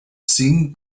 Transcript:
cinc